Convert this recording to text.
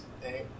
Hey